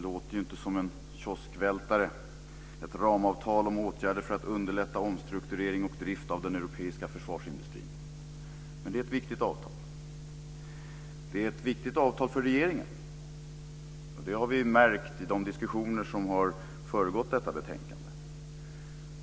Fru talman! Det låter inte som en kioskvältare - men det är ett viktigt avtal. Det är ett viktigt avtal för regeringen. Det har vi märkt i de diskussioner som har föregått detta betänkande.